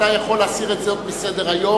אתה יכול להסיר את זאת מסדר-היום.